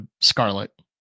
Scarlet